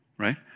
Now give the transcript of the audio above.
Right